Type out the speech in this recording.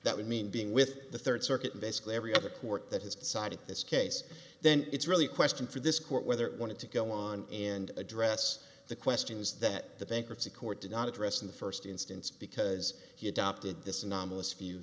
that would mean being with the third circuit basically every other court that has cited this case then it's really a question for this court whether it wanted to go on and address the questions that the bankruptcy court did not address in the first instance because he adopted